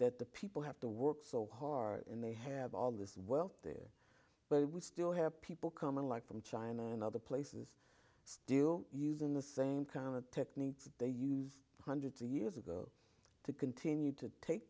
that the people have to work so hard and they have all this wealth there but we still have people coming like from china and other places still using the same kind of techniques they use hundreds of years ago to continue to take